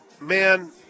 Man